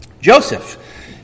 Joseph